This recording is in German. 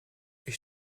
ich